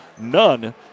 none